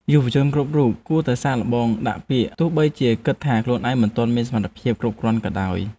យុវជនគ្រប់រូបគួរតែសាកល្បងដាក់ពាក្យទោះបីជាគិតថាខ្លួនឯងមិនទាន់មានសមត្ថភាពគ្រប់គ្រាន់ក៏ដោយ។